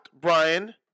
Brian